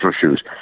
shoes